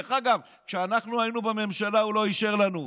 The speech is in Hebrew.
דרך אגב, כשאנחנו היינו בממשלה הוא לא אישר לנו.